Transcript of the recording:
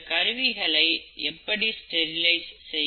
இந்த கருவிகளை எப்படி ஸ்டெரிலைஸ் செய்கிறார்கள்